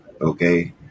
Okay